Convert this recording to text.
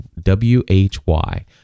W-H-Y